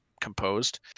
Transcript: composed